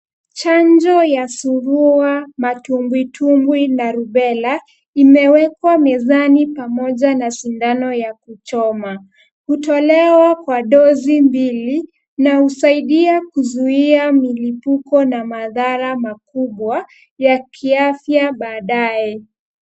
Chanjo ya surua, matumbwitumbwi na rubela imewekwa mezani pamoja na sindano ya kuchoma. Hutolewa kwa dozi mbili na husaidia kuzuia milipuko na mathara makubwa ya kiafya baadaye.